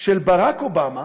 של ברק אובמה